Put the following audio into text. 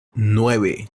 nueve